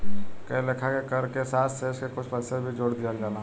कए लेखा के कर के साथ शेष के कुछ प्रतिशत भी जोर दिहल जाला